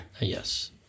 Yes